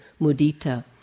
mudita